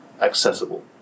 accessible